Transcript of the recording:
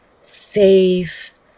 safe